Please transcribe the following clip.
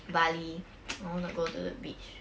bali I want to go to the beach